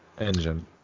engine